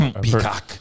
Peacock